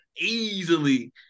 Easily